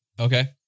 Okay